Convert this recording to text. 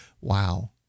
Wow